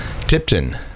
Tipton